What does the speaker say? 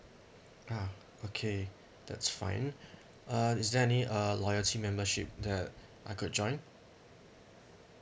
uh okay that's fine uh is there any uh loyalty membership that I could join